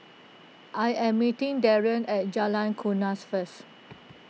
I am meeting Darrin at Jalan Kuras first